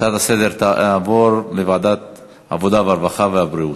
ההצעה תעבור לוועדת העבודה, הרווחה והבריאות.